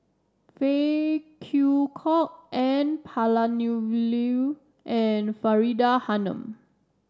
Phey Kew Kok N Palanivelu and Faridah Hanum